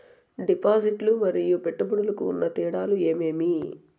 డిపాజిట్లు లు మరియు పెట్టుబడులకు ఉన్న తేడాలు ఏమేమీ?